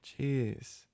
Jeez